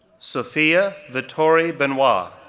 sophia vitori benoit, ah